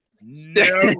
No